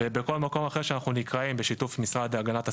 ובכל מקום אחר שאנחנו נקראים בשיתוף המשרד להגנת הסביבה,